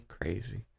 crazy